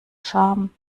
scham